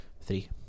Three